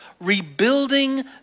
rebuilding